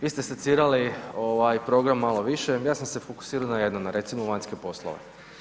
Vi ste secirali ovaj program malo više, ja sam se fokusirao na jedno na recimo vanjske poslove.